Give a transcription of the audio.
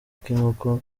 k’inkoko